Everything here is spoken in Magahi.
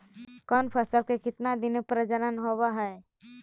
कौन फैसल के कितना दिन मे परजनन होब हय?